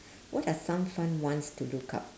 what are some fun ones to look up